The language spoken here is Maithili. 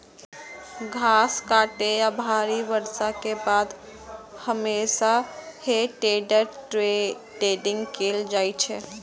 घास काटै या भारी बर्षा के बाद हमेशा हे टेडर टेडिंग कैल जाइ छै